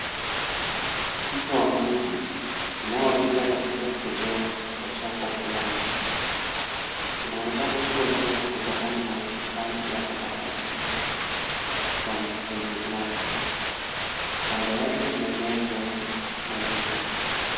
Mto wa maji, kunao wapita katika vichochoro za soko fulani. Inaonekana kuwa chafu kutokana na utupaji wa takataka kwenye maji. Kando yake kumemea nyasi na miti.